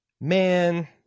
Man